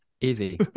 Easy